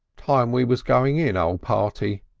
time we was going in, o' party,